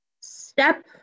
step